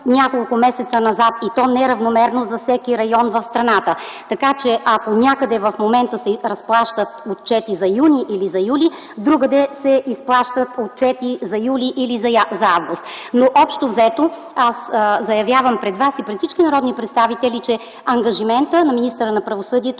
няколко месеца назад, и то неравномерно за всеки район в страната. Така че, ако някъде в момента се разплащат отчети за м. юни или за м. юли, другаде се изплащат отчети за м. юли или за м. август. Но общо-взето, аз заявявам пред Вас, и пред всички народни представители, че ангажиментът на министъра на правосъдието